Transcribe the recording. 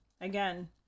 again